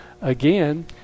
again